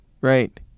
right